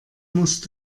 musst